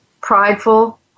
prideful